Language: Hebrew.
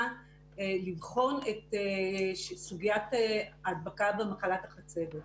לבחון את סוגיית ההדבקה במחלת החצבת.